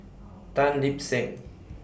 Tan Lip Seng